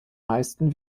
meisten